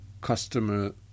customer